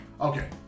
Okay